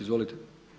Izvolite.